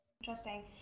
Interesting